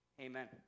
Amen